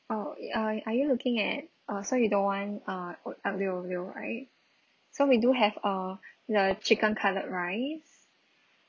oh uh are are you looking at uh so you don't want uh aglio olio right so we do have uh the chicken cutlet rice